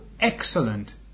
excellent